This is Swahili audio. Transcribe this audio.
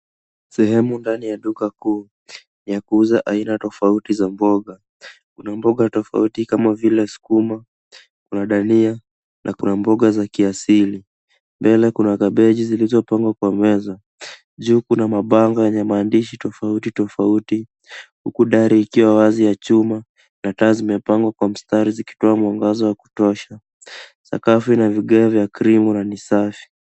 Sehemu ndani ya duka kuu ya kuuza aina tofauti za mboga, kuna mboga tofauti kama vile skuma na dania na kuna mboga za kiasili .Mbele kuna kabeji zilizopangwa kwa mienzo, juu kuna mabango yenye maandishi tofauti tofauti, huku dari ikiwa wazi ya chuma na taa zimepangwa kwa mistari zikitoa mwangaza wa kutosha. Sakafu la vigae vya krimu na ni safi.